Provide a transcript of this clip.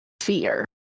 fear